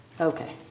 Okay